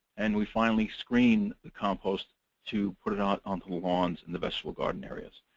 and we finally screen the compost to put it out onto the lawns and the vegetable garden areas.